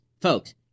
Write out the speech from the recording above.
Folks